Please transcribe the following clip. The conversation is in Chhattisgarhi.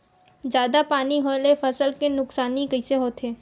जादा पानी होए ले फसल के नुकसानी कइसे होथे?